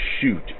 shoot